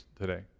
today